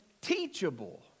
teachable